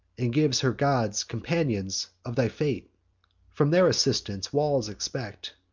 and gives her gods companions of thy fate from their assistance walls expect,